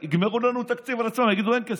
יגמרו לנו את התקציב על עצמם, יגידו: אין כסף.